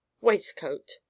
waistcoat